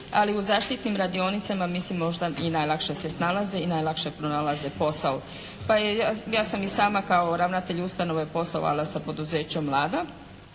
ali u zaštitnim radionicama mislim možda i najlakše se snalaze i najlakše pronalaze posao. Pa ja sam i sama kao ravnatelj ustanove poslovala sa poduzećem «Lada».